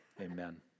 Amen